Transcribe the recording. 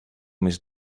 miss